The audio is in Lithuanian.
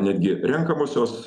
netgi renkamosios su